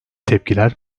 tepkiler